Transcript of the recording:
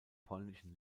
polnischen